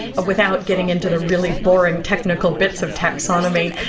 without getting into the really boring technical bits of taxonomy,